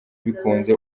bikunze